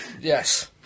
Yes